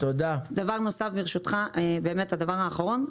דבר נוסף ברשותך והדבר האחרון,